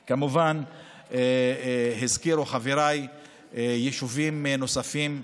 כמובן, חבריי הזכירו יישובים נוספים.